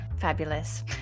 Fabulous